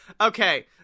Okay